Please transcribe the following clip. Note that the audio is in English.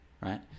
right